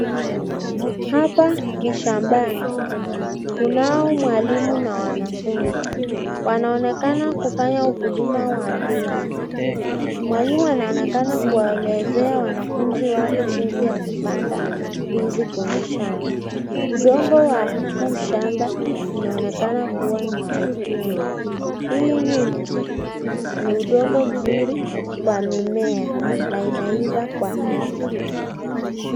Hapa ni shambani kunao mwalimu na wanafunzi wanaonekana kufanya ukulima wa ndizi. Mwalimu anaonekana kuwaelezea wanafunzi wake jinsi ya kupanda ndizi kwa mashamba, udongo wa huu shamba inaonekana kuwa ni jekundu, hii ni udongo mzuri kwa mimea na inaiva haraka.